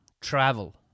Travel